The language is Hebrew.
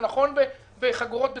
זה נכון בחגורות בטיחות,